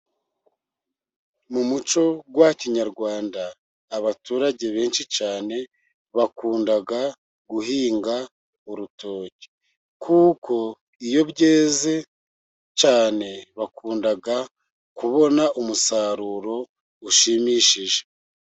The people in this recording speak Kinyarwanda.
Mu muco wa kinyarwanda abaturage benshi cyane, bakunda guhinga urutoki, kuko iyo byeze cyane bakunda kubona umusaruro ushimishije.